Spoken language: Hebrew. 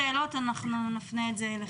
אז אם יהיו שאלות אנחנו נפנה את זה אליכם.